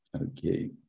okay